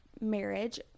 marriage